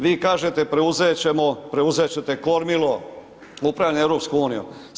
Vi kažete preuzet ćete kormilo upravljanja EU-om.